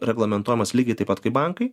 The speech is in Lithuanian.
reglamentuojamos lygiai taip pat kaip bankai